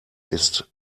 ist